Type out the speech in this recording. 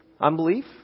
Unbelief